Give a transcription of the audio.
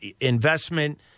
investment